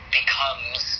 becomes